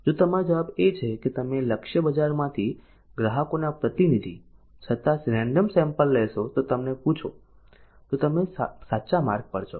જો તમારો જવાબ એ છે કે તમે લક્ષ્ય બજારમાંથી ગ્રાહકોના પ્રતિનિધિ છતાં રેન્ડમ સેમ્પલ લેશો અને તેમને પૂછો તો તમે સાચા માર્ગ પર છો